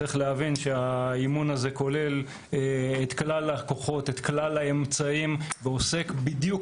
צריך להבין שהאימון הזה כולל את כלל הכוחות והאמצעים ועוסק בדיוק